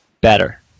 better